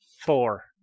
Four